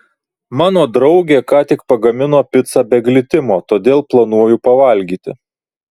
mano draugė ką tik pagamino picą be glitimo todėl planuoju pavalgyti